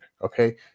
Okay